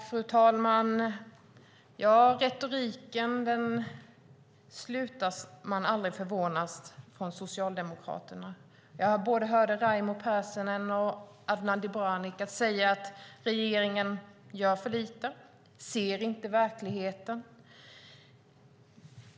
Fru talman! Man slutar aldrig förvånas över Socialdemokraternas retorik. Jag hörde både Raimo Pärssinen och Adnan Dibrani säga att regeringen gör för lite och inte ser verkligheten.